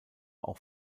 auch